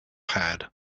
pad